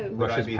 ah rushes yeah